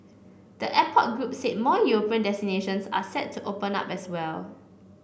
the airport group said more European destinations are set to open up as well